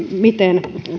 miten